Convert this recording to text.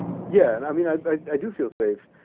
yeah and i mean, i i do feel safe.